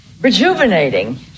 Rejuvenating